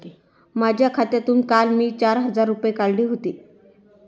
माझ्या खात्यातून काल मी चार हजार रुपये काढले होते